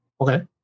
Okay